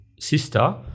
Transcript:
sister